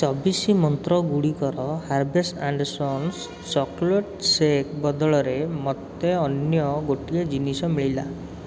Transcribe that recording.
ଚବିଶି ମନ୍ତ୍ର ଗୁଡ଼ିକର Harvest and Sons chocolate shake ବଦଳରେ ମୋତେ ଅନ୍ୟ ଗୋଟିଏ ଜିନିଷ ମିଳିଲା